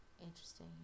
interesting